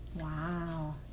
wow